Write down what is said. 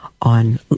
on